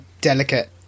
delicate